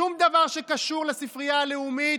שום דבר שקשור לספרייה הלאומית.